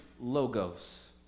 logos